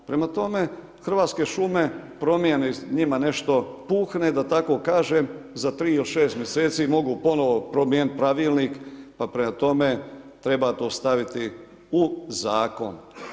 Prema tome, Hrvatske šume, promjeni, njima nešto puhne, da tako kažem, za 3 ili 6 mj. mogu ponovno promijeniti pravilnik, pa prema tome, treba to staviti u zakon.